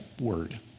word